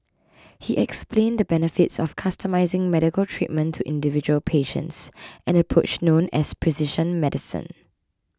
he explained the benefits of customising medical treatment to individual patients an approach known as precision medicine